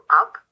up